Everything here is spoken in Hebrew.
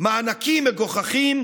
מענקים מגוחכים,